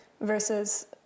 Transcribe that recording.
versus